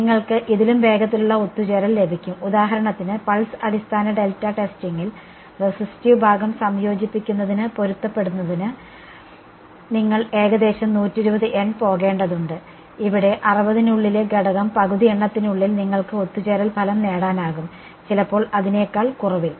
നിങ്ങൾക്ക് ഇതിലും വേഗത്തിലുള്ള ഒത്തുചേരൽ ലഭിക്കും ഉദാഹരണത്തിന് പൾസ് അടിസ്ഥാന ഡെൽറ്റ ടെസ്റ്റിംഗിൽ റെസിസ്റ്റീവ് ഭാഗം സംയോജിപ്പിക്കുന്നതിന് പൊരുത്തപ്പെടുന്നതിന് നിങ്ങൾ ഏകദേശം 120 N പോകേണ്ടതുണ്ട് ഇവിടെ 60 നുള്ളിലെ ഘടകങ്ങളുടെ പകുതി എണ്ണത്തിനുള്ളിൽ നിങ്ങൾക്ക് ഒത്തുചേരൽ ഫലം നേടാനാകും ചിലപ്പോൾ അതിനേക്കാൾ കുറവിൽ